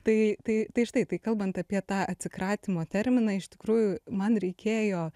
tai tai tai štai tai kalbant apie tą atsikratymo terminą iš tikrųjų man reikėjo